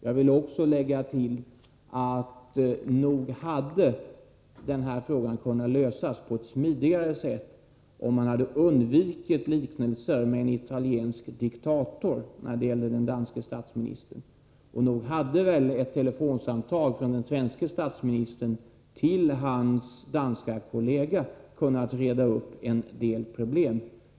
Jag vill också tillägga att nog hade frågan kunnat lösas på ett smidigare sätt om man hade undvikit liknelsen mellan en italiensk diktator och den danske statsministern. Och nog hade väl ett telefonsamtal från den svenske statsministern till hans danska kollega kunnat reda upp en del problem.